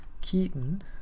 Keaton